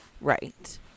Right